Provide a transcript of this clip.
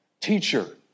Teacher